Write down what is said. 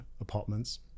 apartments